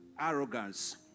arrogance